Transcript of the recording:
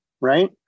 right